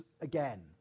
again